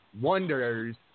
wonders